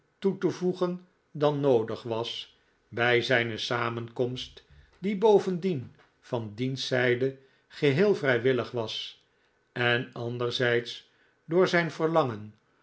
toe te voegen dan noodig was bij zijne samenkomst die bovendien van diens zijde geheel vrijwillig was en anderzijds door zijn verlangen